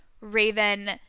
Raven